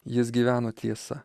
jis gyveno tiesa